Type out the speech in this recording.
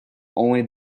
only